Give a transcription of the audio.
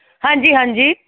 ਹਾਂਜੀ ਹਾਂਜੀ